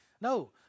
No